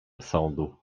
sądu